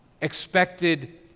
expected